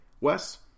Wes